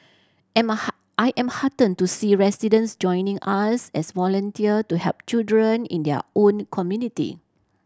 I am heartened to see residents joining us as volunteer to help children in their own community